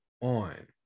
on